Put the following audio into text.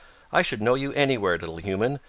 i should know you anywhere, little human,